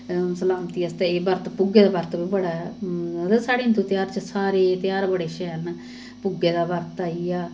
सलामती आस्तै एह् बर्त भुग्गे दा बर्त बी बड़ा मतलब साढ़े हिन्हू तेहार च सारे तेहार बड़े शैल न भुग्गे दा बर्त आई गेआ